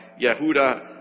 Yehuda